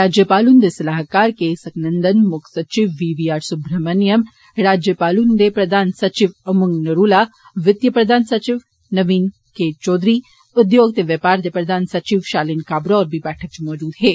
राज्यपाल हुन्दे सलाहकार के स्वंदन मुक्ख सचिव बी वी आर सुब्रमणियम राज्यपाल हुन्दे प्रधान सचिव उमंग नरुला वित्तिय प्रधान सचिव नवीन कुमार चौधरी उद्योग ते बपार दे प्रधान सचिव षालीन काबरा होरें वी बैठक च मौजूद हे